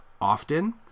often